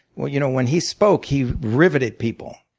you know when he spoke, he riveted people.